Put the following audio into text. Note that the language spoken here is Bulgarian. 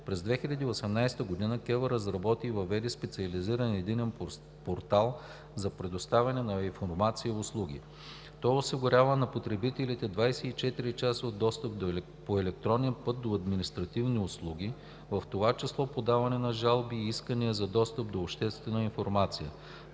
през 2018 г. КЕВР разработи и въведе специализиран Единен портал за предоставяне на информация и услуги. Той осигурява на потребителите 24-часов достъп по електронен път до административни услуги, в това число подаване на жалби и искания за достъп до обществена информация,